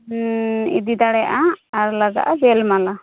ᱤᱫᱤ ᱫᱟᱲᱮᱭᱟᱜᱼᱟ ᱟᱨ ᱞᱟᱜᱟᱜᱼᱟ ᱵᱮᱞ ᱢᱟᱞᱟ